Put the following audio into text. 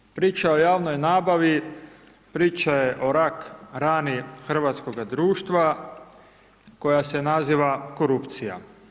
Znači priča o javnoj nabavi priča je o rak rani hrvatskoga društva koja se naziva korupcija.